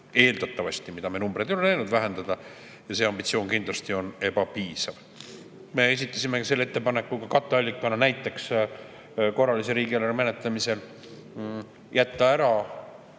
eeldatavasti, me numbreid ei ole näinud. See ambitsioon kindlasti on ebapiisav. Me esitasime selle ettepaneku katteallikana näiteks korralise riigieelarve menetlemisel jätta ära